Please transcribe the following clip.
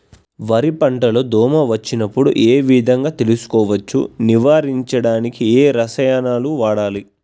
వరి పంట లో దోమ వచ్చినప్పుడు ఏ విధంగా తెలుసుకోవచ్చు? నివారించడానికి ఏ రసాయనాలు వాడాలి?